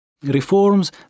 Reforms